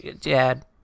dad